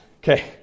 Okay